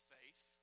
faith